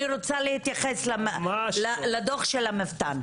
אני רוצה להתייחס לדוח של המבת"ן.